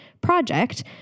project